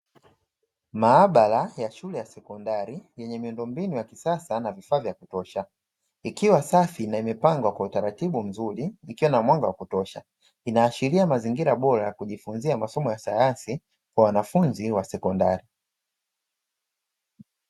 Maabara ya shule ya sekondari yenye miundo mbinu ya kisasa na vifaa vya kutosha ikiwa safi na imepangwa kwa utaratibu mzuri ikiwa na mwanga wa kutosha, inaashiria mazingira bora ya kujifunzia masomo ya sayansi kwa wanafunzi wa sekondari.